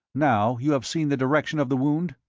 now, you have seen the direction of the wound?